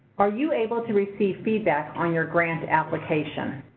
are you able to receive feedback on your grant application?